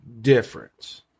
difference